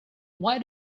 why